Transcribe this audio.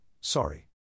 sorry